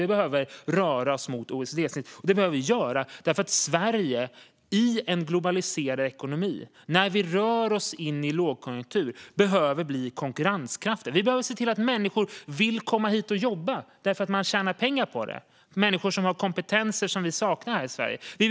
Vi behöver röra oss mot detta snitt för att Sverige behöver bli konkurrenskraftigt i en globaliserad ekonomi och när vi rör oss mot en lågkonjunktur. Vi behöver se till att människor vill komma hit och jobba för att man tjänar pengar på det. Det handlar om människor som har kompetenser som vi i Sverige saknar.